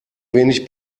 wenig